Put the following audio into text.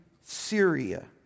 Syria